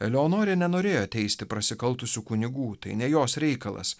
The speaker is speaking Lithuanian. eleonorė nenorėjo teisti prasikaltusių kunigų tai ne jos reikalas